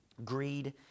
Greed